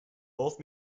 both